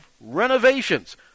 renovations